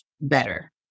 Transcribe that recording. better